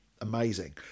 amazing